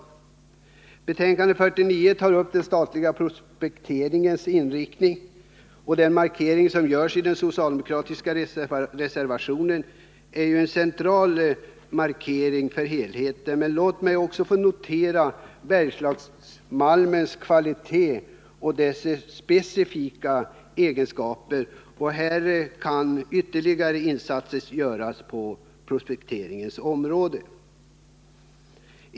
Näringsutskottets betänkande nr 49 tar upp den statliga prospekteringens inriktning, och i den socialdemokratiska reservationen görs en central markering för helheten. Värt att notera är Bergslagsmalmens kvalitet och specifika egenskaper. Ytterligare insatser kan göras på prospekteringens område.